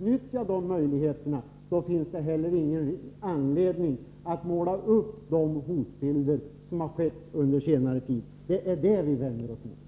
utnyttjat de möjligheterna, finns det heller ingen anledning att måla sådana hotbilder som förekommit under senare tid. Det är det som vi vänder oss emot.